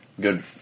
good